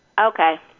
Okay